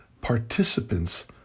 participants